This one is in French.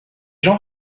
jean